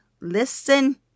listen